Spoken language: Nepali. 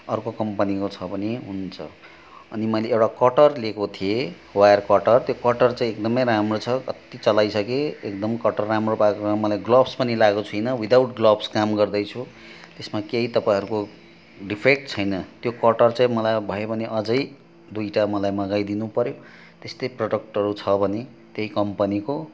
अर्को कम्पनीको छ भने हुन्छ अनि मैले एउटा कटर लिएको थिएँ वायर कटर त्यो कटर चाहिँ एकदमै राम्रो छ कत्ति चलाइसकेँ एकदम कटर राम्रो पाएकोमा मलाई ग्लोभ्स पनि लाएको छुइनँ विदाउट ग्लोभ्स काम गर्दैछु त्यसमा केही तपाईँहरूको डिफेक्ट छैन त्यो कटर चाहिँ मलाई भयो भने अझै दुईवटा मलाई मगाइदिनु पर्यो त्यस्तै प्रडक्टहरू छ भने त्यही कम्पनीको